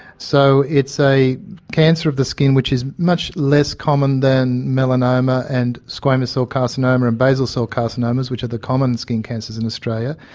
so it's a cancer of the skin which is much less common than melanoma and squamous cell carcinoma and basal cell carcinomas which are the common skin cancers in australia.